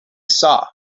saw